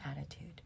attitude